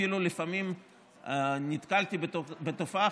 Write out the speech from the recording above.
לפעמים אפילו נתקלתי בתופעה,